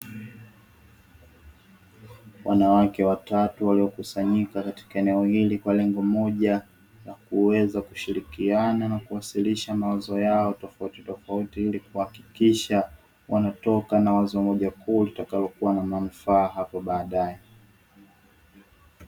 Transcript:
Wanawake watatu waliokusanyika katika eneo hili kwa lengo moja la kuweza kushirikiana na kuwasilisha mawazo yao tofauti tofauti ili kuhakikisha wanatoka na wazo moja kuu litakalokuwa na manufaa hapo baadae.